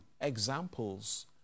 examples